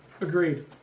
agreed